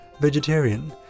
vegetarian